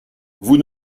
vous